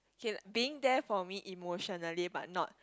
can being there for me emotionally but not